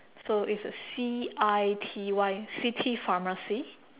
so it's a C I T Y city pharmacy